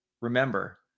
remember